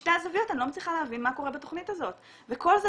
משתי הזוויות אני לא מצליחה להבין מה קורה בתכנית הזאת וכל זה